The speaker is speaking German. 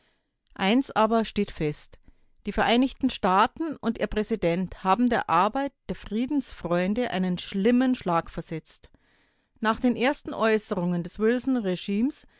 eins aber steht fest die vereinigten staaten und ihr präsident haben der arbeit der friedensfreunde einen schlimmen schlag versetzt nach den ersten äußerungen des